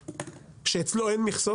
שאצלו אין מכסות,